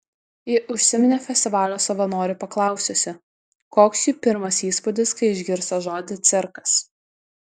ji užsiminė festivalio savanorių paklausiusi koks jų pirmas įspūdis kai išgirsta žodį cirkas